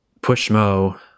Pushmo